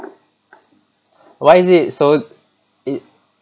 why is it so